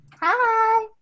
hi